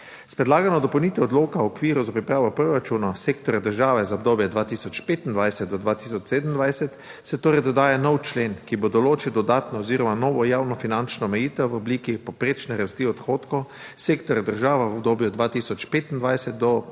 S predlagano dopolnitvijo Odloka o okviru za pripravo proračunov sektorja države za obdobje 2025-2027 se torej dodaja nov člen, ki bo določil dodatno oziroma novo javnofinančno omejitev v obliki povprečne rasti odhodkov sektorja država v obdobju 2025-2027,